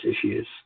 issues